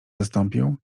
zastąpił